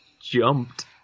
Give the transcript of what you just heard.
jumped